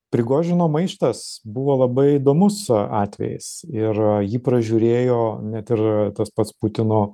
prigožino maištas buvo labai įdomus atvejis ir jį pražiūrėjo net ir tas pats putino